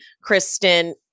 Kristen